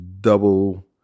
double